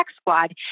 squad